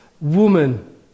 woman